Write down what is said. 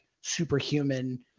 superhuman